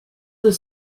the